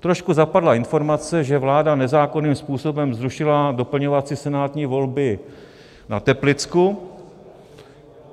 Trošku zapadla informace, že vláda nezákonným způsobem zrušila doplňovací senátní volby na Teplicku,